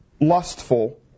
lustful